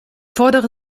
fordere